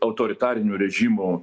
autoritarinių režimų